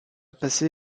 passé